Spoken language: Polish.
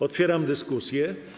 Otwieram dyskusję.